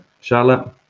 charlotte